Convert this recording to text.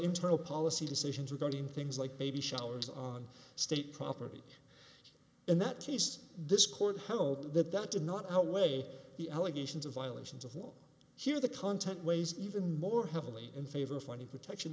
internal policy decisions regarding things like baby showers on state property in that case this court held that that did not outweigh the allegations of violations of law here the content ways even more heavily in favor for any protection